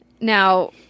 now